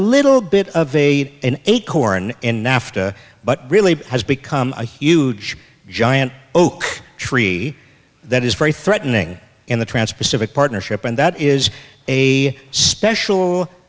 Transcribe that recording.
little bit of a an acorn in nafta but really has become a huge giant oak tree that is very threatening in the transpacific partnership and that is a special